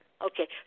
Okay